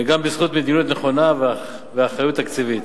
וגם בזכות מדיניות נכונה ואחריות תקציבית.